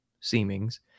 seemings